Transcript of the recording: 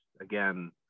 again